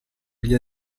agli